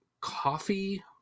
coffee